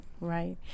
right